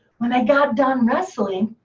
when they got done wrestling,